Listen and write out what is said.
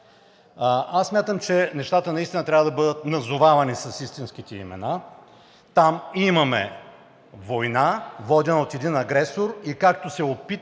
Аз смятам, че нещата наистина трябва да бъдат назовавани с истинските им имена. Там имаме война, водена от един агресор, и както се наложи